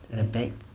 at the back